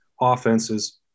offenses